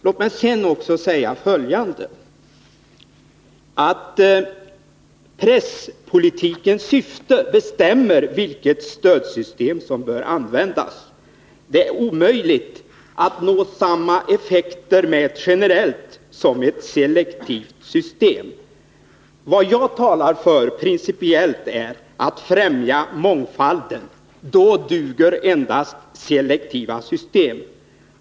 Låt mig sedan också säga följande: Presspolitikens syfte bestämmer vilket stödsystem som bör användas. Det är omöjligt att nå samma effekter med ett generellt som med ett selektivt system. Vad jag talar för principiellt är att främja mångfalden. Då duger endast selektiva system.